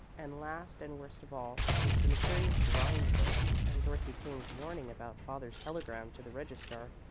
and last and worst of all was the mysterious grind-book and dorothy king's warning about father's telegram to the registrar.